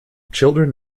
children